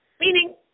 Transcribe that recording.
meaning